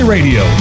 Radio